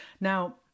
Now